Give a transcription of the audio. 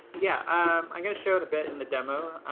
yeah, ah um i'm going to show a bit in the demo,